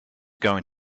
going